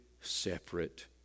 separate